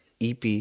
EP